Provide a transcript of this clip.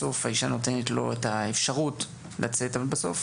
בסוף האישה נותנת לו את האפשרות לצאת, אבל בסוף